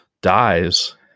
dies